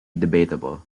debatable